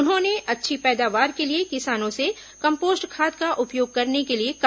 उन्होंने अच्छी पैदावार के लिए किसानों से कम्पोस्ट खाद का उपयोग करने के लिए कहा